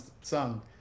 song